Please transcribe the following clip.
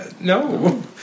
No